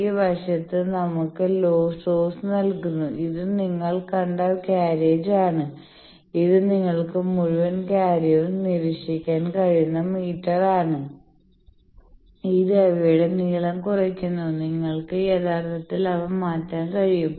ഈ വശത്ത് നമ്മൾക്ക് സോഴ്സ് നൽകുന്നു ഇത് നിങ്ങൾ കണ്ട കാര്യേജ് ആണ് ഇത് നിങ്ങൾക്ക് മുഴുവൻ കാര്യവും നിരീക്ഷിക്കാൻ കഴിയുന്ന മീറ്ററാണ് ഇത് അവയുടെ നീളം കുറയ്ക്കുന്നു നിങ്ങൾക്ക് യഥാർത്ഥത്തിൽ അവ മാറ്റാൻ കഴിയും